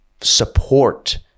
support